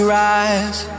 rise